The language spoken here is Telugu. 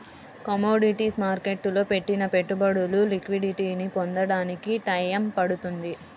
కమోడిటీస్ మార్కెట్టులో పెట్టిన పెట్టుబడులు లిక్విడిటీని పొందడానికి టైయ్యం పడుతుంది